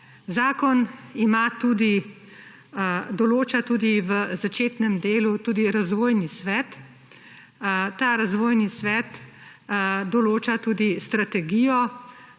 Zakon določa tudi v začetnem delu tudi Razvojni svet. Ta razvojni svet določa tudi strategijo